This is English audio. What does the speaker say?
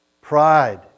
Pride